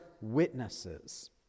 witnesses